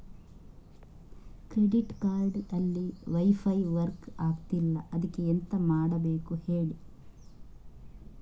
credit card ಅಲ್ಲಿ wifi work ಆಗ್ತಿಲ್ಲ ಅದ್ಕೆ ಎಂತ ಮಾಡಬೇಕು ಹೇಳಿ